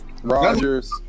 Rodgers